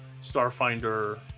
Starfinder